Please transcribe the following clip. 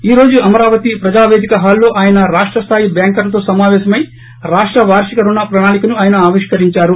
ఈ రోజు అమరావతి ప్రార్తిక హాల్లో ఆయన రాష్టస్థాయి బ్యాంకర్లతో సమావేశమయ్య రాష్ట వార్షిక రుణ ప్రణాళికను ఆయన ఆవిష్కరిందారు